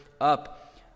up